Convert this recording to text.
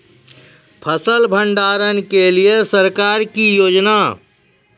फसल भंडारण के लिए सरकार की योजना?